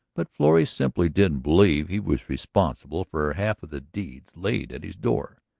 but florrie simply didn't believe he was responsible for half of the deeds laid at his door.